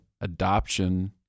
adoption